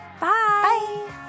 Bye